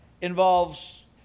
involves